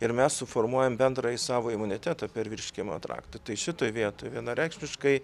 ir mes suformuojam bendrąjį savo imunitetą per virškinimo traktą tai šitoj vietoj vienareikšmiškai